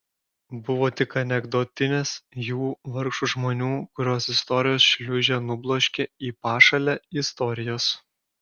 buvo tik anekdotinės jų vargšų žmonių kuriuos istorijos šliūžė nubloškė į pašalę istorijos